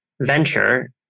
venture